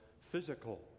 physical